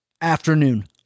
afternoon